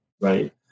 right